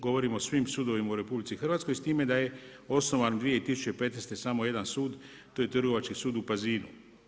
Govorimo o svim sudovima u RH s time da je osnovan 2015. samo jedan sud, to je Trgovački sud u Pazinu.